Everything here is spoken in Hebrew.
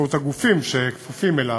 באמצעות הגופים שכפופים לו: